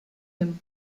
him